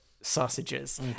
sausages